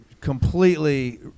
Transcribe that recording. completely